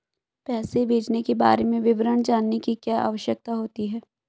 पैसे भेजने के बारे में विवरण जानने की क्या आवश्यकता होती है?